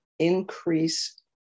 increase